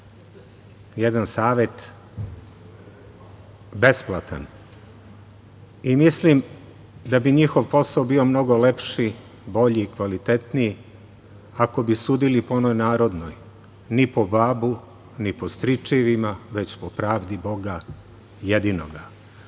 jedan savet besplatan. Mislim da bi njihov posao bio mnogo lepši, bolji, kvalitetniji ako bi sudili po onoj narodnoj – ni po babu, ni po stričevima, već po pravdi boga jedinoga,